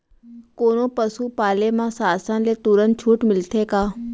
कोनो पसु पाले म शासन ले तुरंत छूट मिलथे का?